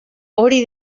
hori